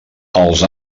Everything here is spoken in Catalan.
els